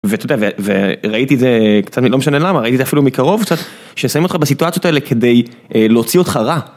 וראיתי את זה, לא משנה למה, ראיתי את זה אפילו מקרוב קצת, ששמים אותך בסיטואציות האלה כדי להוציא אותך רע.